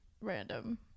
Random